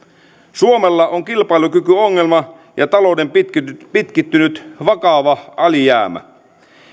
suomella on kilpailukykyongelma ja talouden pitkittynyt pitkittynyt vakava alijäämä